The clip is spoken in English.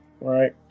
right